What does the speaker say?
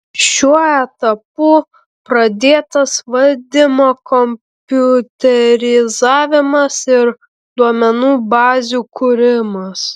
šiuo etapu pradėtas valdymo kompiuterizavimas ir duomenų bazių kūrimas